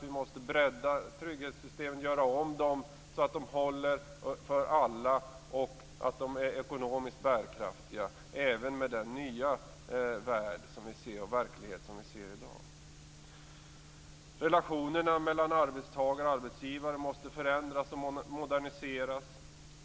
Vi måste bredda trygghetssystemen och göra om dem så att de håller för alla och är ekonomiskt bärkraftiga, även i den nya verklighet som vi ser i dag. Relationerna mellan arbetstagare och arbetsgivare måste förändras och moderniseras.